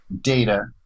data